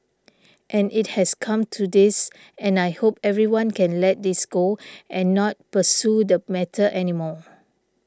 and it has come to this and I hope everyone can let this go and not pursue the matter anymore